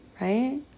right